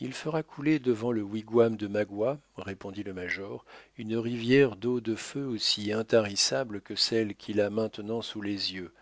il fera couler devant le wigwam de magua répondit le major une rivière d'eau de feu aussi intarissable que celle qu'il a maintenant sous les yeux